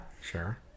Sure